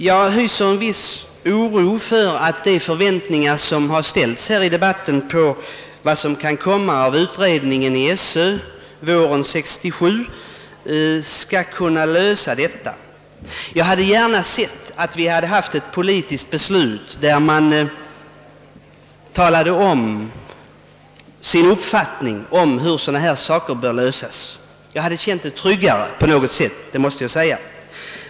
Jag hyser en viss oro för att de förväntningar som i denna debatt ställts på resultatet av utredningen våren 1967 skall komma på skam. Jag hade gärna sett ett politiskt beslut om hur sådana här problem bör lösas. Jag hade tyckt att det vore tryggare på något sätt, det måste jag säga.